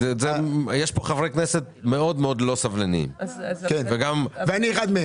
סף המס שלו נמוך יותר ולכן הוא מנצל את מלוא